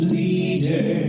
leader